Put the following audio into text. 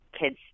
kids